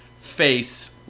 face